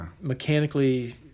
mechanically